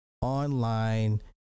online